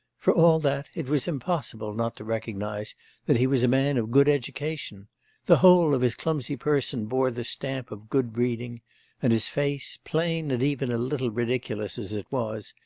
for all that, it was impossible not to recognise that he was a man of good education the whole of his clumsy person bore the stamp of good-breeding and his face, plain and even a little ridiculous as it was,